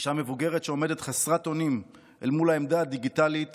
אישה מבוגרת שעומדת חסרת אונים מול העמדה הדיגיטלית